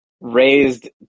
raised